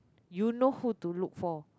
you know who to look for